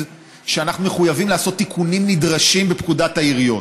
שאנחנו מחויבים לעשות תיקונים נדרשים בפקודת העיריות,